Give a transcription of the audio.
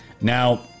Now